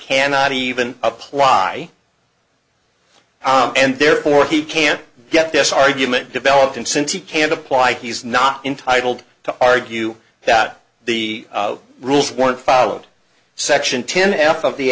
cannot even apply and therefore he can't get this argument developed and since he can't apply he's not entitled to argue that the rules weren't followed section ten f of the